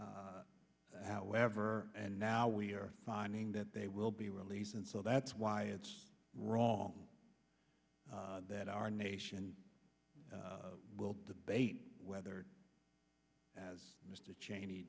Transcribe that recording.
torture however and now we are finding that they will be released and so that's why it's wrong that our nation will debate whether as mr cheney